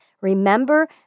Remember